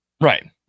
Right